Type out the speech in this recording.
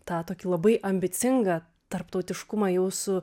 tą tokį labai ambicingą tarptautiškumą jau su